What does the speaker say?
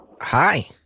Hi